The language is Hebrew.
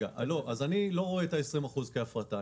אני לא רואה את ה-20% כהפרטה,